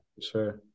Sure